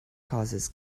causes